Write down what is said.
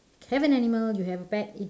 care for an animal you have a pet